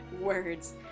Words